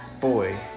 boy